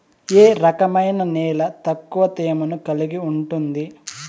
ఏ రకమైన నేల ఎక్కువ తేమను కలిగి ఉంటుంది?